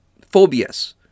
phobias